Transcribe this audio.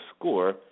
score